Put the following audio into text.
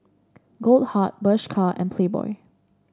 Goldheart Bershka and Playboy